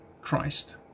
Christ